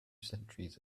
centuries